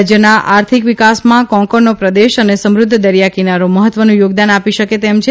રાજયના આર્થિક વિકાસમાં કોંકણનો પ્રદેશ અને સમૃદ્ધ દરિયા કિનારો મહત્વનું યોગદાન આપી શકે તેમ છે